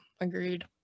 agreed